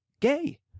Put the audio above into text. gay